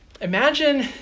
Imagine